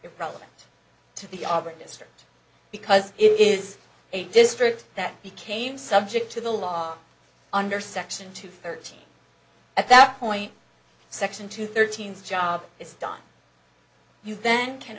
problem to the obert district because it is a district that became subject to the law under section two thirteen at that point section two thirteen job is done you then can